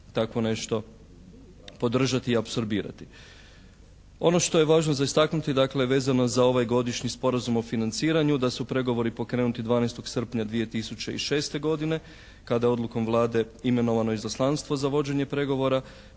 tako nešto podržati i apsorbirati. Ono što je važno za istaknuti dakle vezano za ovaj Godišnji sporazum o financiranju da su pregovori pokrenuti 12. srpnja 2006. godine kada je odlukom Vlade imenovano izaslanstvo za vođenje pregovora.